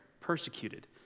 Persecuted